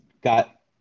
got